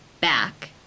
back